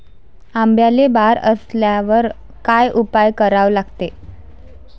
आंब्याले बार आल्यावर काय उपाव करा लागते?